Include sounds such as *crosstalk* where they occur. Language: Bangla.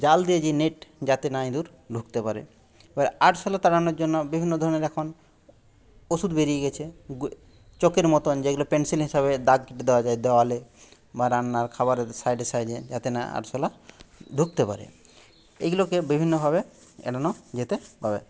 জাল দিয়ে যে নেট যাতে না ইঁদুর ঢুকতে পারে এবার আরশোলা তাড়ানোর জন্য বিভিন্ন ধরনের এখন ওষুধ বেরিয়ে গেছে *unintelligible* চকের মতন যেগুলো পেনসিল হিসেবে দাগ কেটে দেওয়া যায় দেওয়ালে বা রান্নার খাবারে সাইডে সাইডে যাতে না আরশোলা ঢুকতে পারে এগুলোকে বিভিন্নভাবে এড়ানো যেতে হবে